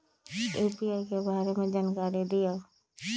UPI के बारे में जानकारी दियौ?